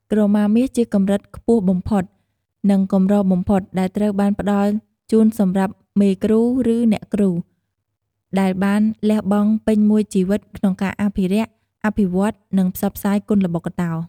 ក្រមាមាសជាកម្រិតខ្ពស់បំផុត និងកម្របំផុត ដែលត្រូវបានផ្ដល់ជូនសម្រាប់ មេគ្រូ ឬ អ្នកគ្រូ ដែលបានលះបង់ពេញមួយជីវិតក្នុងការអភិរក្ស អភិវឌ្ឍន៍ និងផ្សព្វផ្សាយគុនល្បុក្កតោ។